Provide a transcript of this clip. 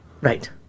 Right